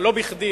לא בכדי,